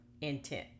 intent